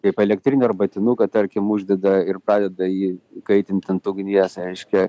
kaip elektrinį arbatinuką tarkim uždeda ir pradeda jį kaitint ant ugnies reiškia